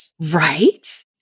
Right